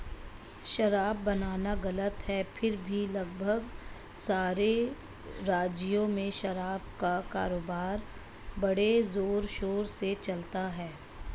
शराब बनाना गलत है फिर भी लगभग सारे राज्यों में शराब का कारोबार बड़े जोरशोर से चलता है